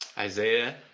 Isaiah